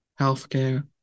healthcare